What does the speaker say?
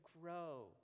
grow